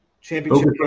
championship